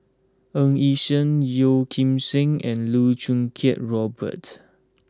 Ng Yi Sheng Yeo Kim Seng and Loh Choo Kiat Robert